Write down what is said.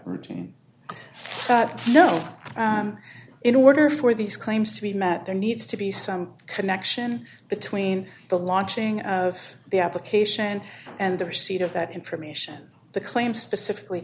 routine you know in order for these claims to be met there needs to be some connection between the launching of the application and the receipt of that information the claims specifically